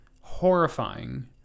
horrifying